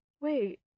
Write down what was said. Wait